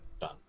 done